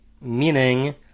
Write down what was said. meaning